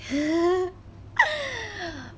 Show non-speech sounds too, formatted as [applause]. [breath]